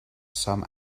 some